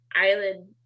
Island